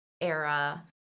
era